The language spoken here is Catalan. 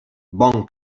bon